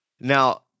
now